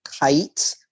kite